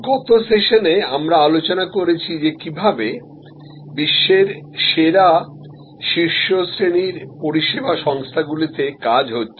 গত সেশনে আমরা আলোচনা করেছি যে কীভাবে বিশ্বেরসেরা শীর্ষ শ্রেণীর পরিষেবা সংস্থাগুলিতে কাজ হচ্ছে